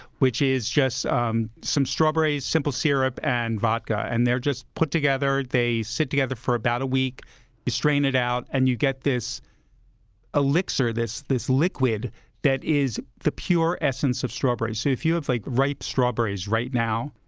which is just um some strawberries, simple syrup and vodka. and they're just put together, they sit together for about a week, you strain it out, and you get this elixir, this this liquid that is the pure essence of strawberries. so if you have like ripe strawberries right now,